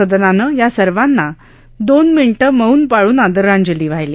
सदनानं या सर्वांना दोन मिनिटं मौन पाळन आदरांजली अर्पण केली